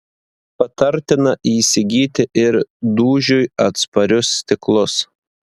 patartina įsigyti ir dūžiui atsparius stiklus